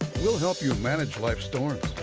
we'll help you manage life's storms.